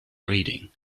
reading